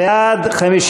ההצעה